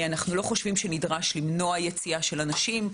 אנחנו לא חושבים שנדרש למנוע יציאה של אנשים,